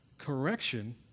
Correction